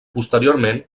posteriorment